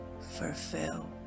fulfill